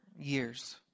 years